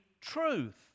truth